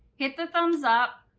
hit the thumbs up,